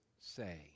say